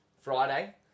Friday